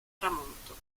tramonto